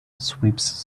sweeps